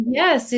yes